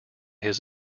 his